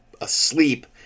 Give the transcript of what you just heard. asleep